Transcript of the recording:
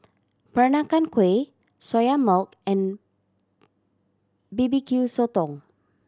Peranakan Kueh Soya Milk and B B Q Sotong